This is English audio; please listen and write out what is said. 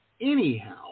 anyhow